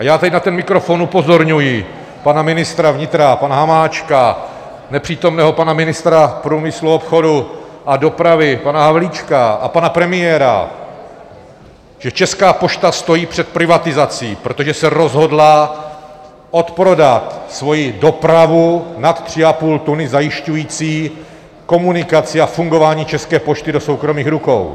A já teď na ten mikrofon upozorňuji pana ministra vnitra, pana Hamáčka, nepřítomného pana ministra průmyslu a obchodu a dopravy pana Havlíčka a pana premiéra, že Česká pošta stojí před privatizací, protože se rozhodla odprodat svoji dopravu nad 3,5 tuny, zajišťující komunikaci a fungování České pošty, do soukromých rukou.